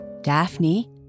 Daphne